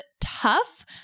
tough